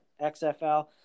XFL